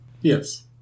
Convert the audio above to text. Yes